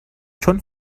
چون